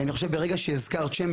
כי אני חושב שברגע שהזכרת שם,